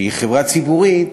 שהיא חברה ציבורית,